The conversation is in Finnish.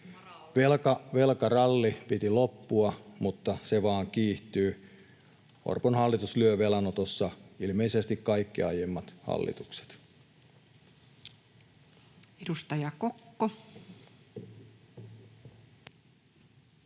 Velkarallin piti loppua, mutta se vain kiihtyy. Orpon hallitus lyö velanotossa ilmeisesti kaikki aiemmat hallitukset.